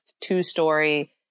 two-story